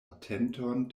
atenton